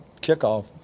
kickoff